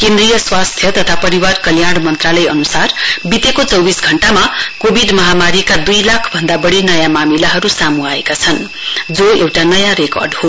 केन्द्रीय स्वास्थ्य तथा परिवार कल्याण मन्त्रालय अन्सार वितेको चौविस घण्टामा कोविड महामारीका दुई लाख भन्दा बढ़ी नयाँ मामिलाहरु साम आएका छन् जो एउटा नयाँ रेकर्ड हो